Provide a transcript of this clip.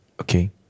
Okay